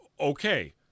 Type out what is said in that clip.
Okay